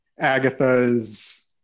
Agatha's